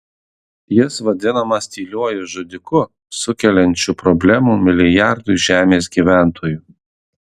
jis vadinamas tyliuoju žudiku sukeliančiu problemų milijardui žemės gyventojų